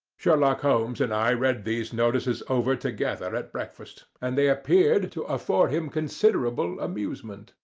sherlock holmes and i read these notices over together at breakfast, and they appeared to afford him considerable amusement.